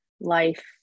life